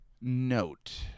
note